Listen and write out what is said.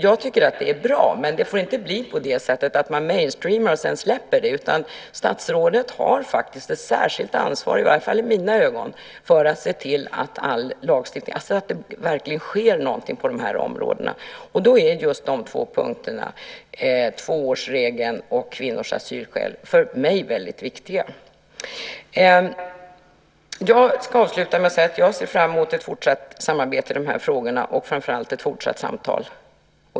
Det är bra, men det får inte bli så att man "mainstreamar" och sedan släpper frågan. Statsrådet har ett särskilt ansvar, i varje fall i mina ögon, för att se till att det verkligen sker någonting på det här området, och då är de två punkterna - tvåårsregeln och kvinnors asylskäl - väldigt viktiga. Jag ska avsluta med att säga att jag ser fram emot ett fortsatt samarbete i dessa frågor och framför allt ett fortsatt samtal.